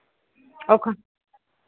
और